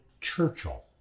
Churchill